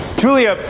julia